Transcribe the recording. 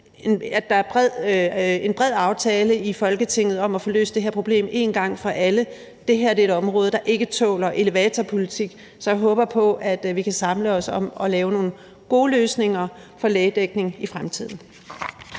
at der er en bred aftale i Folketinget om at få løst det her problem en gang for alle. Det her er et område, der ikke tåler elevatorpolitik, så jeg håber på, at vi kan samles om at lave nogle gode løsninger for lægedækning i fremtiden.